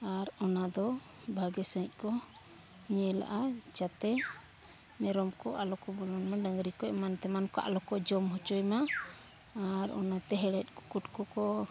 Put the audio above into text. ᱟᱨ ᱚᱱᱟᱫᱚ ᱵᱷᱟᱹᱜᱤ ᱥᱟᱹᱦᱤᱡ ᱠᱚ ᱧᱮᱞ ᱟᱸᱜᱼᱟ ᱡᱟᱛᱮ ᱢᱮᱨᱚᱢ ᱠᱚ ᱟᱞᱚ ᱠᱚ ᱵᱚᱞᱚᱱ ᱢᱟ ᱰᱟᱝᱨᱤ ᱠᱚ ᱮᱢᱟᱱ ᱛᱮᱢᱟᱱ ᱠᱚ ᱟᱞᱚ ᱠᱚ ᱡᱚᱢ ᱦᱚᱪᱚᱭ ᱢᱟ ᱟᱨ ᱚᱱᱟᱛᱮ ᱦᱮᱲᱦᱮᱫ ᱠᱩᱠᱩᱴ ᱠᱚᱠᱚ